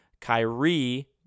Kyrie